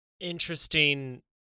interesting